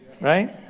right